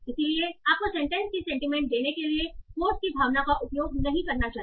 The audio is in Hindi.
इसलिए आपको सेंटेंस की सेंटीमेंट देने के लिए कोट्स की भावना का उपयोग नहीं करना चाहिए